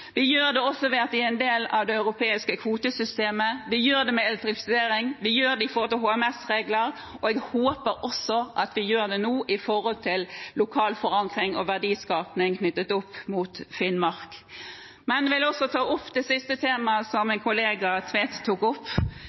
vi gjør det også ved at vi er en del av det europeiske kvotesystemet, vi gjør det med elektrifisering, vi gjør det med HMS-regler, og jeg håper også vi gjør det nå med tanke på lokal forankring og verdiskaping i Finnmark. Jeg vil også ta opp det siste temaet som min kollega Tvedt Solberg tok opp.